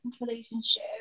relationship